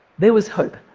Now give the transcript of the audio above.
there was hope.